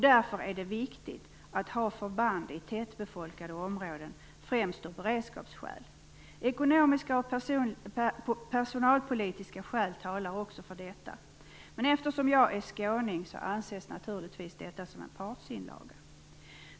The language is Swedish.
Därför är det viktigt att ha förband i tätbefolkade områden, främst av beredskapsskäl. Ekonomiska och personalpolitiska skäl talar också för detta. Eftersom jag är skåning ses detta naturligtvis som en partsinlaga.